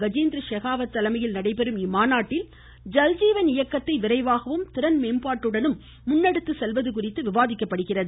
கஜேந்திர ஷெகாவத் தலைமையில் நடைபெறும் இம்மாநாட்டில் ஜல் ஜீவன் இயக்கத்தை விரைவாகவும் திறன் மேம்பாட்டுடனும் முன்னெடுத்து செல்வது குறித்து விவாதிக்கப்படுகிறது